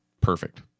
perfect